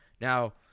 Now